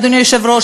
אדוני היושב-ראש,